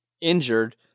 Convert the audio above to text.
injured